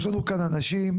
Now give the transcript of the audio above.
יש לנו כאן אנשים